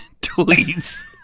tweets